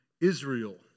Israel